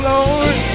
Lord